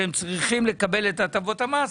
שצריכים לקבל הטבות מס,